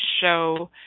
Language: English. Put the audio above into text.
show